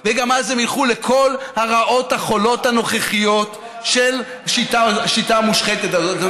גם אז הם ילכו לכל הרעות החולות הנוכחיות של השיטה המושחתת הזאת.